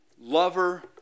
lover